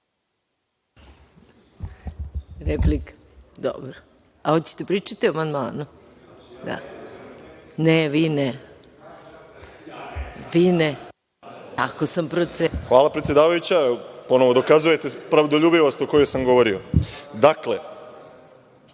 Hvala, predsedavajuća. Ponovo dokazujete pravdoljubivost o kojoj sam govorio. Pod